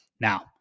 Now